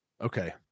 Okay